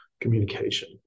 communication